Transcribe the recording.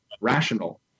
rational